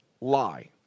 Lie